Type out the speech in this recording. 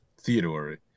Theodore